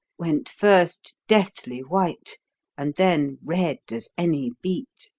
went first deathly white and then red as any beet.